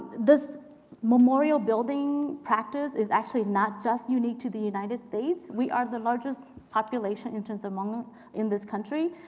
this memorial building practice is actually not just unique to the united states. we are the largest population in terms of hmong in this country.